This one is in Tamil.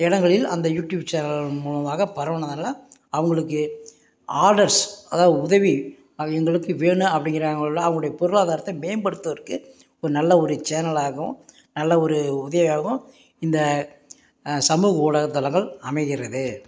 இடங்களில் அந்த யூடியூப் சேனல்கள் மூலமாக பரவுனதால் அவங்களுக்கு ஆர்டர்ஸ் அதாது உதவி ஆக எங்களுக்கு வேணும் அப்படிங்கிறாங்கள அவங்களோடய பொருளாதாரத்தை மேம்படுத்துவதற்கு ஒரு நல்ல ஒரு சேனலாகவும் நல்ல ஒரு உதவியாகவும் இந்த சமூக ஊடகத்தளங்கள் அமைகிறது